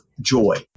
joy